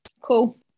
cool